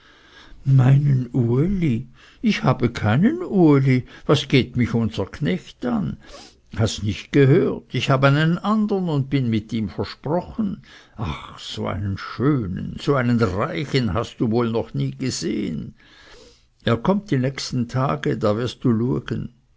meinen uli ich habe keinen uli was geht mich unser knecht an hast nicht gehört ich habe einen andern und bin mit ihm versprochen ach so einen schönen so einen reichen hast du wohl noch nie gesehen er kommt die nächsten tage da wirst du luegen